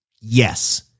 yes